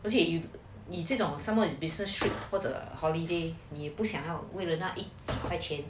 okay 你这种 someone is business trip 或者 holiday 你不想要为了那一块钱